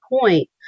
point